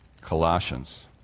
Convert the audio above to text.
Colossians